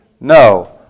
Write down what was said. No